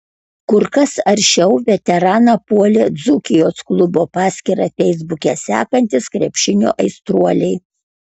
kur kas aršiau veteraną puolė dzūkijos klubo paskyrą feisbuke sekantys krepšinio aistruoliai